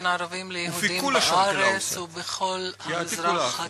בין ערבים ליהודים בארץ ובכל המזרח התיכון.